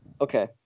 Okay